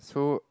so